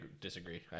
disagree